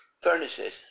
furnaces